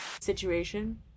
situation